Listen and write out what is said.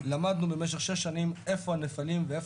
למדנו במשך שש שנים איפה הנפלים ואיפה